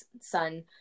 son